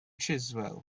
chiswell